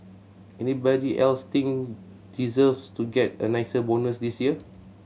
anybody else think deserves to get a nicer bonus this year